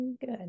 good